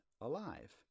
alive